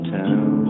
town